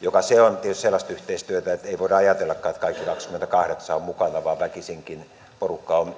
joka on tietysti sellaista yhteistyötä että ei voida ajatellakaan että kaikki kaksikymmentäkahdeksan ovat mukana vaan väkisinkin porukka on